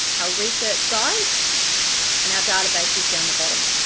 our research guides and our databases down the bottom.